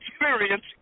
experience